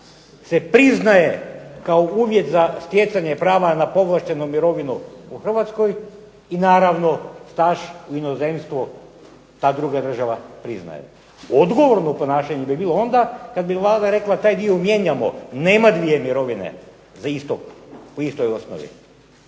se priznaje kao uvjet za stjecanje prava na povlaštenu mirovinu u Hrvatskoj i naravno staž inozemstvo ta druga država priznaje. Odgovorno ponašanje bi bilo onda kada bi Vlada rekla, taj dio mijenjamo nema dvije mirovine u istoj osnovi.